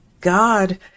God